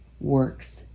works